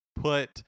put